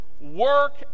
work